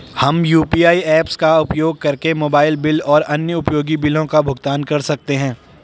हम UPI apps का उपयोग करके मोबाइल बिल और अन्य उपयोगी बिलों का भुगतान कर सकते हैं